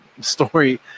story